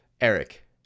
Eric